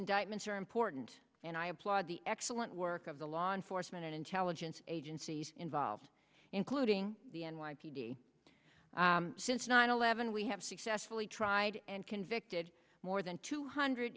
indictments are important and i applaud the excellent work of the law enforcement and intelligence agencies involved including the n y p d since nine eleven we have successfully tried and convicted more than two hundred